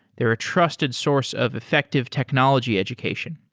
they're a trusted source of effective technology education.